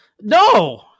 No